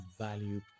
value